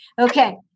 Okay